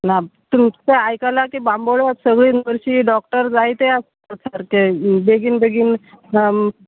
ना तुमचें आयकलां की बांबोळ्या सगळीं नर्शीं डॉक्टर जायते आसता सारकें बेगीन बेगीन काम